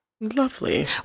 lovely